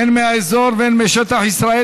הן מהאזור והן משטח ישראל,